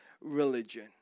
religion